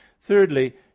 Thirdly